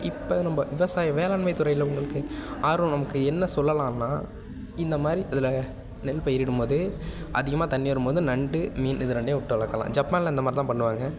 இப்போ நம்ம விவசாயம் வேளாண்மைத்துறையில் உங்களுக்கு ஆர்வம் நமக்கு என்ன சொல்லலாம்னா இந்தமாதிரி இதில் நெல் பயிரிடும்போது அதிகமாக தண்ணி வரும்போது நண்டு மீன் இது ரெண்டையும் விட்டு வளர்க்கலாம் ஜப்பானில் இந்தமாதிரி தான் பண்ணுவாங்க